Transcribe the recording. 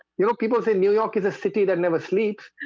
you know people say new york is a city that never sleeps.